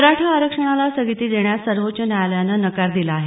मराठा आरक्षणाला स्थगिती देण्यास सर्वोच्च न्यायालयानं नकार दिला आहे